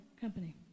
company